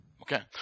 Okay